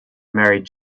married